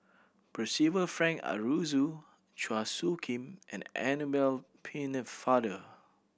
Percival Frank Aroozoo Chua Soo Khim and Annabel Pennefather